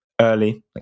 early